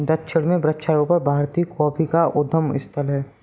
दक्षिण में वृक्षारोपण भारतीय कॉफी का उद्गम स्थल है